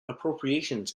appropriations